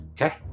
Okay